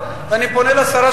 ואני פונה לשרה,